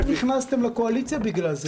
--- משבר הקורונה שאתם נכנסתם לקואליציה בגלל זה.